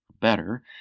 better